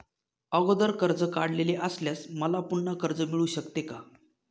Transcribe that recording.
अगोदर कर्ज काढलेले असल्यास मला पुन्हा कर्ज मिळू शकते का?